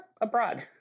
abroad